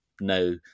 no